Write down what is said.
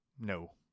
No